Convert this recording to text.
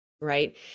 Right